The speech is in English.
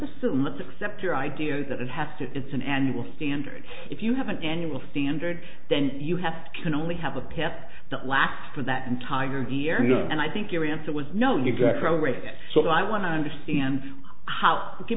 assume let's accept your idea that it has to it's an annual standard if you have an annual standard then you have can only have a path that lasts for that entire year no and i think your answer was no you've got progress so i want to understand how you give